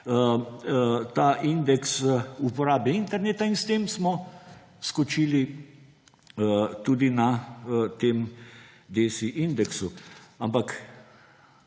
ta indeks uporabe interneta in s tem smo skočili tudi na tem DSI indeksu. Ampak,